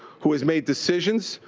who has made decisions,